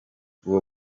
uwo